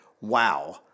Wow